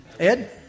Ed